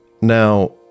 Now